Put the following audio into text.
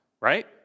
right